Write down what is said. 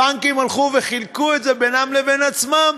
הבנקים הלכו וחילקו את זה בינם לבין עצמם,